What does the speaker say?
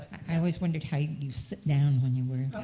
i i always wondered how you sit down when you wear